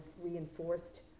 reinforced